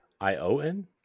I-O-N